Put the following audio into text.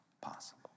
possible